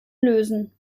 lösen